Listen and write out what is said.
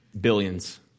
Billions